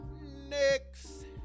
next